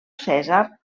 cèsar